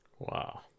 Wow